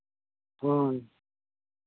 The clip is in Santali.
ᱦᱳᱭ